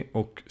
och